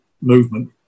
movement